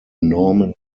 norman